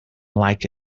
like